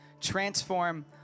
transform